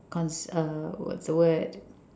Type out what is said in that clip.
cons~ uh what's the word